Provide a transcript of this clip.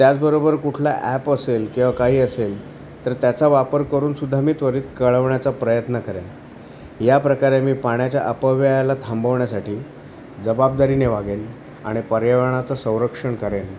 त्याचबरोबर कुठला ॲप असेल किंवा काही असेल तर त्याचा वापर करून सुुद्धा मी त्वरित कळवण्याचा प्रयत्न करेन याप्रकारे मी पाण्याच्या अपव्ययाला थांबवण्यासाठी जबाबदारीने वागेन आणि पर्यावरणाचं संरक्षण करेन